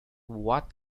what